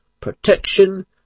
Protection